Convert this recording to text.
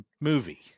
Movie